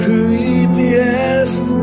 Creepiest